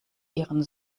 ihren